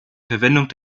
verwendung